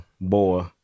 Boy